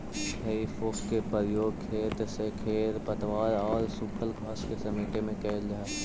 हेइ fork के प्रयोग खेत से खेर पतवार औउर सूखल घास के समेटे में कईल जा हई